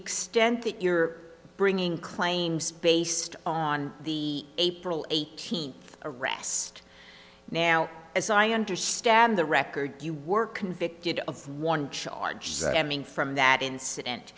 extent that you're bringing claims based on the april eighteenth arrest now as i understand the record you were convicted of one charge that i mean from that incident